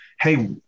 hey